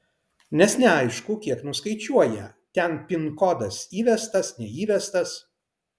nes neaišku kiek nuskaičiuoja ten pin kodas įvestas neįvestas